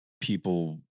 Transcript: people